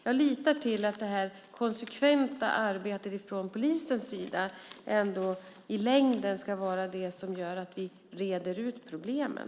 Jag litar alltså på att det konsekventa arbetet från polisens sida i längden ändå ska vara det som gör att vi reder ut problemen.